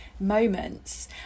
moments